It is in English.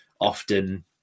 often